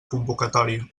convocatòria